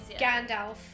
Gandalf